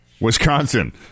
Wisconsin